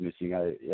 missing